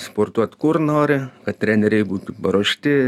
sportuot kur nori kad treneriai būtų paruošti